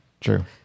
true